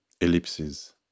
ellipses